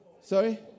Sorry